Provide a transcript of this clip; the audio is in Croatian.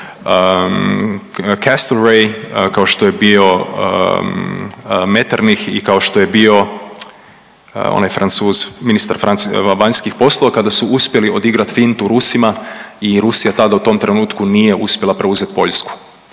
Castlereagh, kao što je bio Metternich i kao što je bio onaj Francuz, ministar vanjskih poslova kada su uspjeli odigrat fintu Rusima i Rusija tad u tom trenutku nije uspjela preuzet Poljsku.